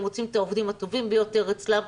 הם רוצים את העובדים הטובים ביותר אצלם,